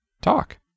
talk